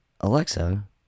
Alexa